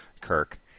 Kirk